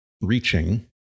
Reaching